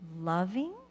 loving